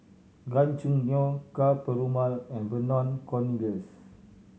Gan Choo Neo Ka Perumal and Vernon Cornelius